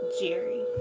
jerry